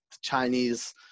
chinese